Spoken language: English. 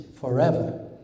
forever